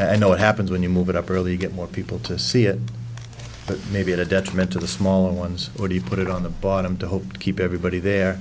ever know what happens when you move it up early get more people to see it but maybe at a detriment to the smaller ones or do you put it on the bottom to help keep everybody there